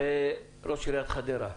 ולידידי ראש עיריית חדרה,